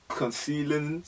concealing